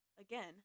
again